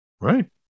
Right